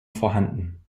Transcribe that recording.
vorhanden